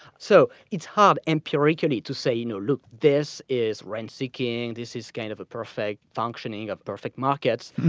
so it's hard, empirically, to say no, look, this is rent seeking. this is kind of a perfect functioning of perfect markets.